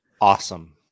awesome